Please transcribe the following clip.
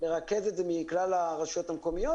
לרכז את זה מכלל הרשויות המקומיות,